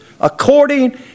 according